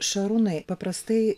šarūnai paprastai